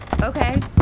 okay